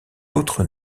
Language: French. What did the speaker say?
autre